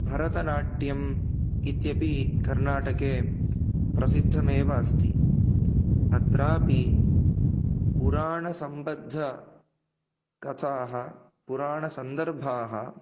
भरतनाट्यम् इत्यपि कर्नाटके प्रसिद्धमेव अस्ति अत्रापि पुराणसम्बद्धकथाः पुराणसन्दर्भाः